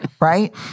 Right